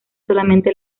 solamente